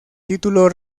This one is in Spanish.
título